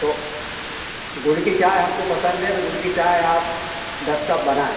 तो गुड़ की चाय हमको पसंद है तो गुड़ की चाय आप दस कप बनाएँ